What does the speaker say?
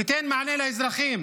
תיתן מענה לאזרחים.